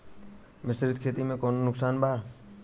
मिश्रित खेती से कौनो नुकसान वा?